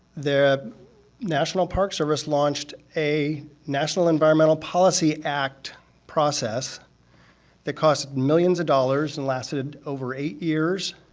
the national park service launched a national environmental policy act process that costs millions of dollars and lasted over eight years.